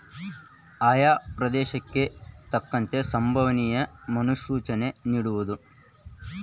ಆಯಾ ಪ್ರದೇಶಕ್ಕೆ ತಕ್ಕಂತೆ ಸಂಬವನಿಯ ಮುನ್ಸೂಚನೆ ನಿಡುವುದು